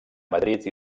madrid